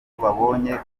babonye